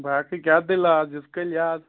باقی کیٛاہ دٔلیلا آز یِژ کٲلۍ یاد